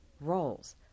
roles